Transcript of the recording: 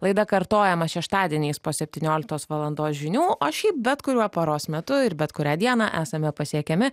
laida kartojama šeštadieniais po septynioliktos valandos žinių o šiaip bet kuriuo paros metu ir bet kurią dieną esame pasiekiami